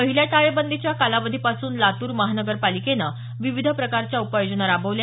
पहिल्या टाळेबंदीच्या कालावधीपासून लातूर महानगरपालिकेनं विविध प्रकारच्या उपाययोजना राबवल्या